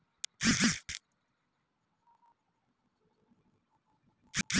Share बजार म share खरीदे के तरीका?